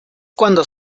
cuando